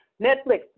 Netflix